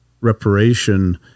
reparation